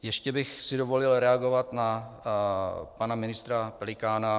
Ještě bych si dovolil reagovat na pana ministra Pelikána.